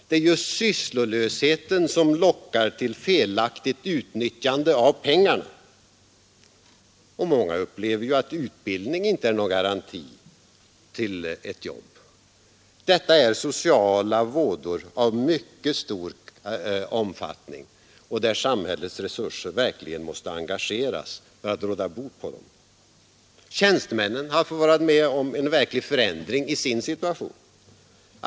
Det är just sysslolösheten som lockar till felaktigt utnyttjande av pengarna. Många upplever ju att utbildning inte är någon garanti till ett jobb. Detta är sociala vådor av mycket stor omfattning, och samhällets resurser måste engageras för att råda bot på dem. Tjänstemännen har fått vara med om en verklig förändring i sin situation.